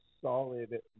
solid